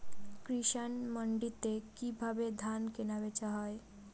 কৃষান মান্ডিতে কি ভাবে ধান কেনাবেচা হয়?